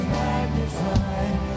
magnified